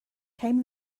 came